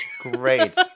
Great